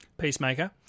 Peacemaker